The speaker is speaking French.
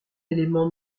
élément